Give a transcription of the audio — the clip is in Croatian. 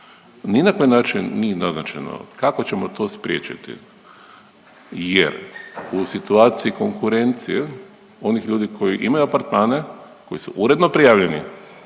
Ni na koji način nije naznačeno kako ćemo to spriječiti jer u situaciji konkurencije onih ljudi koji imaju apartmane, koji su uredno prijavljeni,